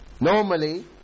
Normally